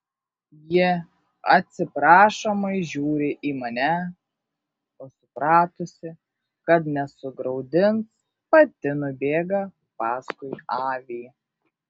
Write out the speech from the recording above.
ji atsiprašomai žiūri į mane o supratusi kad nesugraudins pati nubėga paskui avį